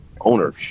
owner